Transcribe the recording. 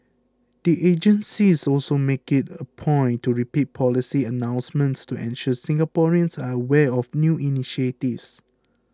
the agencies also make it a point to repeat policy announcements to ensure Singaporeans are aware of new initiatives